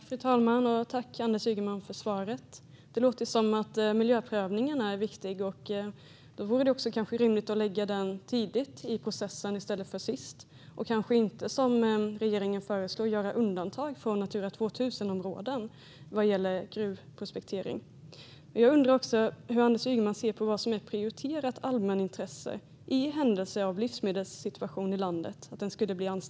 Fru talman! Tack, Anders Ygeman, för svaret! Det låter som om miljöprövningen är viktig. Då vore det kanske rimligt att lägga den tidigt i processen i stället för sist och inte, som regeringen föreslår, göra undantag för Natura 2000-områden när det gäller gruvprospektering. Jag undrar också hur Anders Ygeman ser på vad som är prioriterat allmänintresse i händelse av en ansträngd livsmedelssituation i landet.